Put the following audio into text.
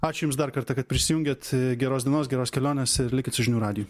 ačiū jums dar kartą kad prisijungėt geros dienos geros kelionės ir likit su žinių radiju